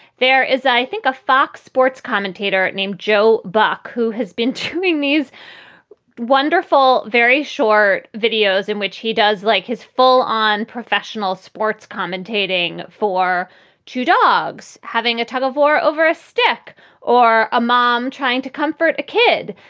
there is, i think, a fox sports commentator named joe buck who has been touring these wonderful, very short videos in which he does like his full on professional sports, commentating for two dogs, having a tug of war over a stick or a mom trying to comfort a kid.